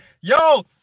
Yo